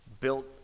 built